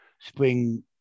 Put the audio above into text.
spring